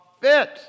fit